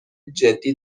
جدی